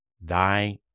thy